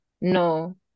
no